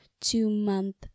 two-month